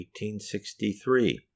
1863